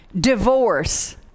divorce